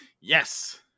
yes